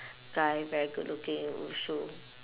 guy very good looking in 武术